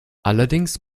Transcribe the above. allerdings